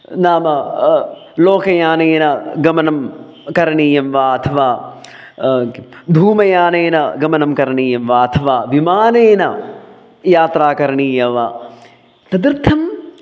नाम लोकयानेन गमनं करणीयं वा अथवा धूमयानेन गमनं करणीयं वा अथवा विमानेन यात्रा करणीया वा तदर्थम्